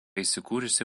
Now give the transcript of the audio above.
įsikūrusi